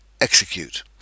Execute